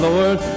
Lord